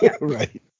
Right